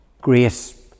grace